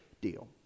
deal